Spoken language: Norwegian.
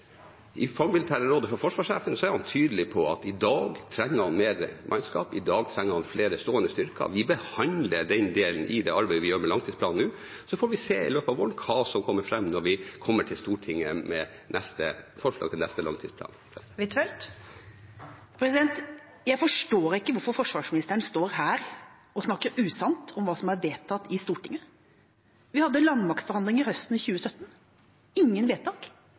i dag trenger han mer mannskap, i dag trenger han flere stående styrker. Vi behandler den delen i det arbeidet vi gjør med langtidsplanen nå, så får vi se i løpet av våren hva som kommer fram når vi kommer til Stortinget med forslag til neste langtidsplan. Jeg forstår ikke hvorfor forsvarsministeren står her og snakker usant om hva som er vedtatt i Stortinget. Vi hadde landmaktforhandlinger høsten 2017 – ingen vedtak.